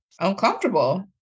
uncomfortable